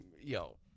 Yo